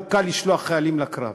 לא קל לשלוח חיילים לקרב.